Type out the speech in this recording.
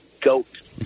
goat